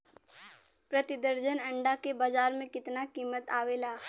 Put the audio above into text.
प्रति दर्जन अंडा के बाजार मे कितना कीमत आवेला?